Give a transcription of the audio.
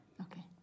Okay